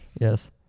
yes